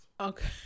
Okay